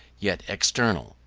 yet external,